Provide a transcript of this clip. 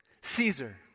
Caesar